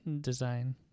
Design